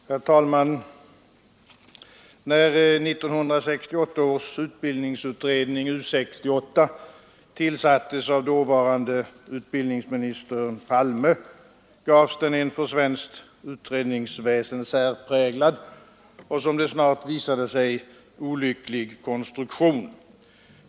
Herr talman! När 1968 års utbildningsutredning, U 68, tillsattes av dåvarande utbildningsministern Palme, gavs den en för svenskt utbildningsväsen särpräglad och, som det snart visade sig, olycklig konstruktion.